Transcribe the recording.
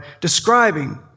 describing